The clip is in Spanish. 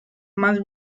más